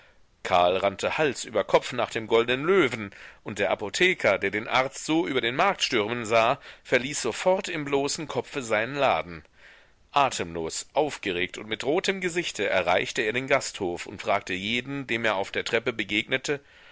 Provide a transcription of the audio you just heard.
karl rannte hals über kopf nach dem goldnen löwen und der apotheker der den arzt so über den markt stürmen sah verließ sofort im bloßen kopfe seinen laden atemlos aufgeregt und mit rotem gesichte erreichte er den gasthof und fragte jeden dem er auf der treppe begegnete